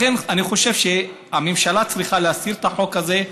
לכן אני חושב שהממשלה צריכה להסיר את החוק הזה.